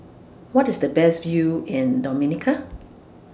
What IS The Best View in Dominica